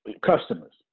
customers